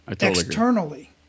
externally